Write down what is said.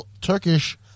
Turkish